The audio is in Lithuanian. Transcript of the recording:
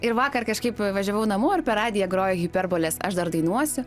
ir vakar kažkaip važiavau namo ir per radiją grojo hiperbolės aš dar dainuosiu